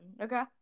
okay